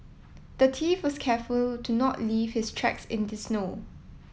the thief was careful to not leave his tracks in the snow